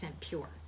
pure